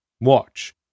Watch